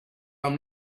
i’m